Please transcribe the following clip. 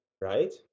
right